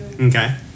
Okay